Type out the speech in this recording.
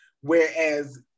whereas